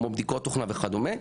כמו בדיקות תוכנה וכדומה.